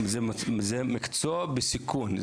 זה מקצוע בסיכון.